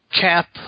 Cap